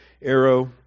arrow